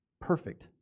perfect